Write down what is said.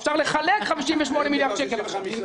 אפשר לחלק 58 מיליארד שקל עכשיו.